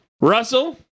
Russell